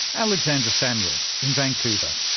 alexandra samuel in vancouver.